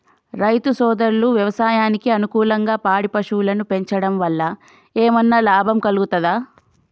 రైతు సోదరులు వ్యవసాయానికి అనుకూలంగా పాడి పశువులను పెంచడం వల్ల ఏమన్నా లాభం కలుగుతదా?